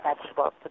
vegetables